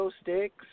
sticks